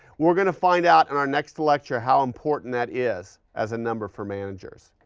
we're going to find out in our next lecture how important that is as a number for managers.